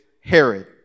Herod